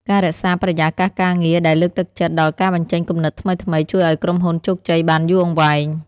ការរក្សាបរិយាកាសការងារដែលលើកទឹកចិត្តដល់ការបញ្ចេញគំនិតថ្មីៗជួយឱ្យក្រុមហ៊ុនជោគជ័យបានយូរអង្វែង។